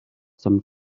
some